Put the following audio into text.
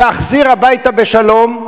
להחזיר הביתה בשלום.